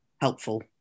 helpful